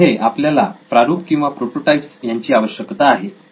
यापुढे आपल्याला प्रारूप किंवा प्रोटोटाईप्स यांची आवश्यकता आहे